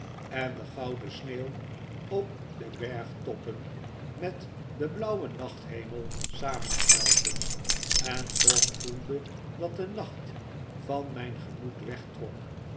en de gouden sneeuw op de bergtoppen met den blauwen nachthemel samensmelten en toch voelde dat de nacht van mijn gemoed wegtrok